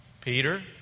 Peter